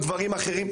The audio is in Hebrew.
דיברו על דברים אחרים,